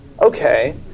okay